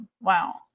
Wow